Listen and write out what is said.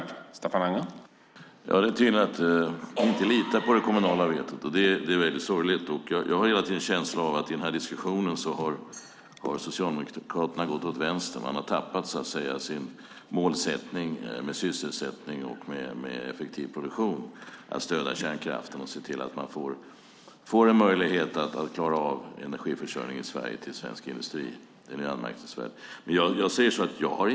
Herr talman! Det är tydligt att det inte går att lita på det kommunala vetot, och det är väldigt sorgligt. Jag har i den här diskussionen hela tiden en känsla av att Socialdemokraterna har gått åt vänster. Man har tappat sin målsättning med sysselsättning och effektiv produktion, att stödja kärnkraften och se till att vi får möjlighet att klara energiförsörjningen i Sverige till svensk industri. Det är anmärkningsvärt.